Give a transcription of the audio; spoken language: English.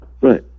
Right